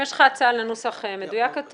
אם יש לך הצעה --- אם יש לך הצעה לנוסח מדויק יותר,